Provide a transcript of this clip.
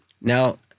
Now